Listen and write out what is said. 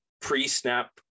pre-snap